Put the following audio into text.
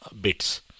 bits